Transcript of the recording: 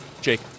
Jake